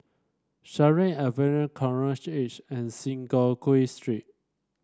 Sheares Avenue Coral Edge and Synagogue Street